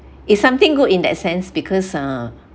it's something good in that sense because uh